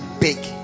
big